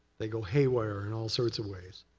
they go heywire in all sorts of ways.